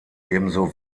ebenso